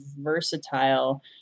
versatile